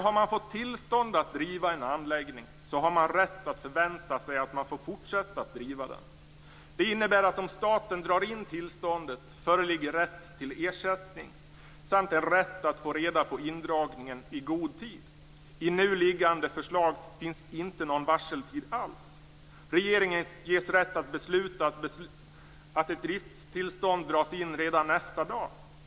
Har man fått tillstånd att driva en anläggning har man således rätt att förvänta sig att man får fortsätta att driva den. Det innebär att om staten drar in tillståndet föreligger rätt till ersättning samt en rätt att få reda på indragningen i god tid. I nu föreliggande förslag finns det inte någon varseltid alls. Regeringen ges rätt att besluta att ett driftstillstånd dras in redan nästa dag.